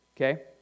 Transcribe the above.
okay